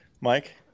Mike